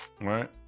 right